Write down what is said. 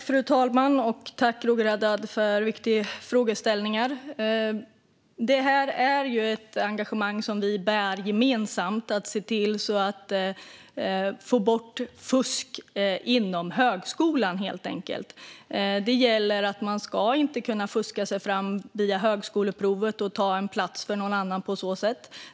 Fru talman! Tack, Roger Haddad, för viktiga frågeställningar! Det är ett engagemang som vi bär gemensamt att se till att få bort fusk inom högskolan. Det gäller att man inte ska kunna fuska sig fram via högskoleprovet och på så sätt ta en plats för någon annan.